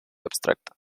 abstracta